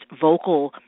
vocal